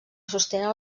sostenen